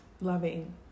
loving